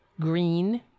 Green